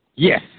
Yes